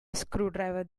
screwdriver